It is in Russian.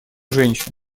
женщин